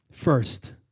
First